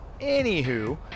Anywho